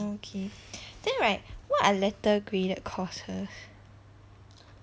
okay then right what are letter graded courses